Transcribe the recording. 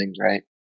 right